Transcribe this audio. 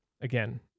again